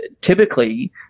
typically